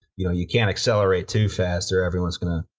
you know you can't accelerate too fast or everyone's gonna,